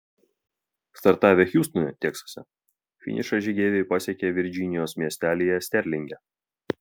startavę hjustone teksase finišą žygeiviai pasiekė virdžinijos miestelyje sterlinge